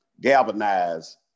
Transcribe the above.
galvanize